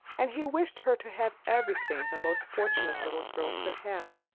and he wished her to have everything the most fortunate little girl could have